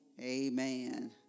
Amen